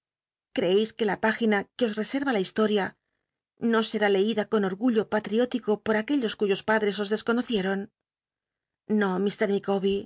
creeis ue la página qucosreserya la hislol'ia no será lcidn con orgullo ntriólico por aquellos cuyos padres os desconocieron no